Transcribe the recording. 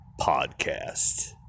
Podcast